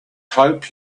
hope